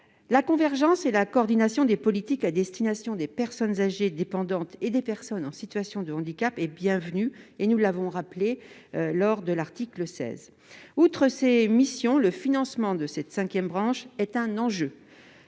La convergence et la coordination des politiques à destination des personnes âgées dépendantes et des personnes en situation de handicap est bienvenue ; nous l'avons rappelé lors de l'examen de l'article 16. Outre ses missions, le financement de cette cinquième branche est un enjeu.